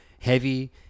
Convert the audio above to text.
heavy